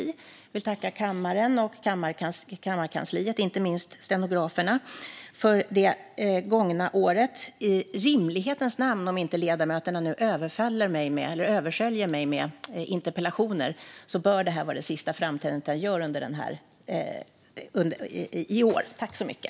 Jag vill tacka kammaren och kammarkansliet, inte minst stenograferna, för det gångna året. I rimlighetens namn - om inte ledamöterna nu översköljer mig med interpellationer - bör det här vara det sista framträdande jag gör här i kammaren i år. Tack så mycket!